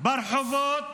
ברחובות